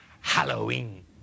Halloween